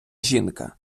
жінка